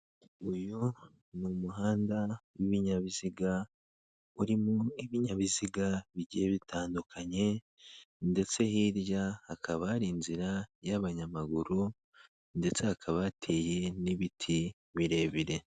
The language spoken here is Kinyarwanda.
Uyu ni umuhanda w'ibinyabiziga urimo ibinyabiziga bigiye bitandukanye ndetse hirya hakaba hari inzira y'abanyamaguru ndetse hakaba hateye n'ibiti birebire.